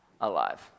alive